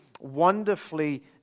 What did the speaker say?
wonderfully